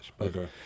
Okay